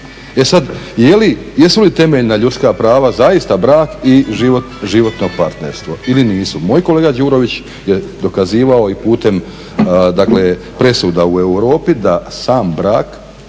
E sada jesu li temeljna ljudska prava zaista brak i životno partnerstvo ili nisu? moj kolega Đurović je dokazivao i putem presuda u Europi da sam brak,